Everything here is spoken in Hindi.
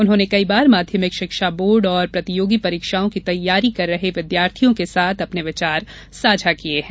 उन्होंने कई बार माध्यमिक शिक्षा बोर्ड और प्रतियोगी परीक्षाओं की तैयारी कर रहे विद्यार्थियों के साथ अपने विचार साझा किये हैं